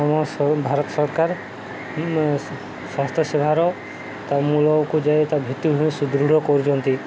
ଆମ ଭାରତ ସରକାର ସ୍ୱାସ୍ଥ୍ୟ ସେବାର ତା ମୂଳକୁ ଯାଇ ତା ଭିତ୍ତିଭୂମିରେ ସୁଦୃଢ଼ କରୁଛନ୍ତି